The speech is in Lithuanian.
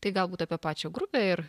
tai galbūt apie pačią grupę ir